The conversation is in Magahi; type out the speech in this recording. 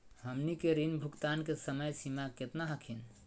हमनी के ऋण भुगतान के समय सीमा केतना हखिन?